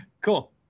Cool